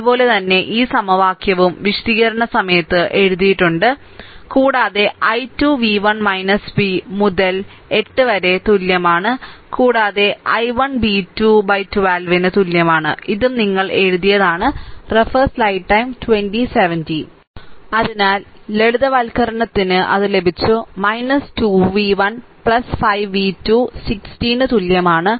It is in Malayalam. അതുപോലെ തന്നെ ഈ സമവാക്യവും വിശദീകരണ സമയത്ത് എഴുതിയിട്ടുണ്ട് കൂടാതെ i 2 v 1 v മുതൽ 8 വരെ തുല്യമാണ് കൂടാതെ i 1 b 212 ന് തുല്യമാണ് ഇതും നിങ്ങൾ എഴുതിയതാണ് അതിനാൽ ലളിതവൽക്കരണത്തിന് അത് ലഭിച്ചു 2 v 1 5 v 2 60 ന് തുല്യമാണ്